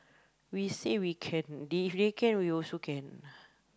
we say we can they if they can we also can